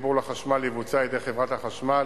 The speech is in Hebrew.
החיבור לחשמל יבוצע על-ידי חברת החשמל